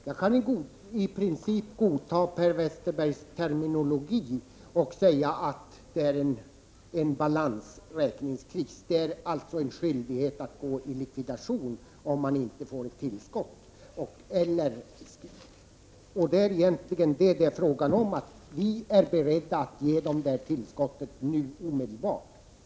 Herr talman! Jag kan i princip godta Per Westerbergs terminologi när han säger att det är en balansräkningskris. Det är egentligen fråga om att man är skyldig att gå i likvidation om man inte får ett tillskott. Vi är beredda att nu omedelbart ge det tillskottet.